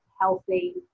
healthy